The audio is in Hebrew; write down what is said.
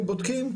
הם בודקים,